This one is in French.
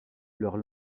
leur